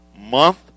month